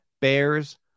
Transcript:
Bears